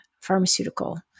pharmaceutical